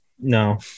No